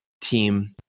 team